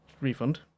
refund